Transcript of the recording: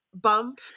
bump